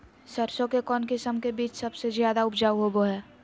सरसों के कौन किस्म के बीच सबसे ज्यादा उपजाऊ होबो हय?